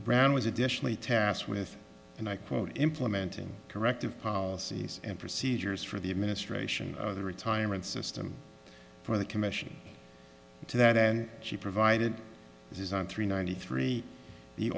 brown was additionally tasked with and i quote implementing corrective policies and procedures for the administration of the retirement system for the commission to that and she provided this is on three ninety three the